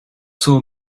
saw